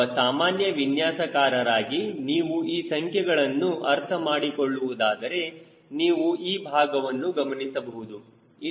ಒಬ್ಬ ಸಾಮಾನ್ಯ ವಿನ್ಯಾಸಕಾರರಾಗಿ ನೀವು ಈ ಸಂಖ್ಯೆಗಳನ್ನು ಅರ್ಥ ಮಾಡಿಕೊಳ್ಳುವುದಾದರೆ ನೀವು ಈ ಭಾಗವನ್ನು ಗಮನಿಸಬಹುದು ಇಲ್ಲಿ 0